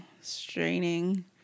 straining